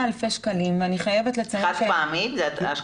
במילים אחרות, המצלמות זו הוצאה נוספת של המעון.